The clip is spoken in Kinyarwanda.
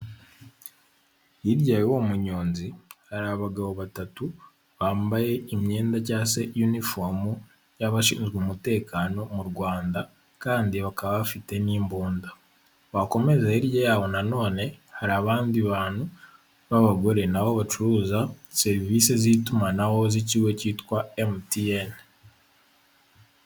Hirya y'uwo munyonzi hari abagabo batatu bambaye imyenda cyangwa se inifomu y'abashinzwe umutekano mu Rwanda kandi bakaba bafite n'imbunda. Wakomeza hirya yabo na none hari abandi bantu b'abagore na bo bacuruza serivisi z'itumanaho z'ikigo cyitwa MTN.